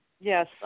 Yes